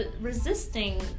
Resisting